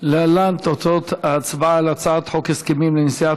להלן תוצאות ההצבעה על הצעת חוק הסכמים לנשיאת